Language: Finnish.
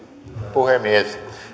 puhemies